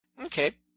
Okay